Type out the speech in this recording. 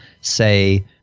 say